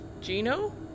Gino